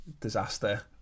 disaster